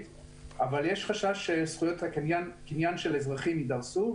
אבל יש חשש שזכויות הקניין של האזרחים יידרסו,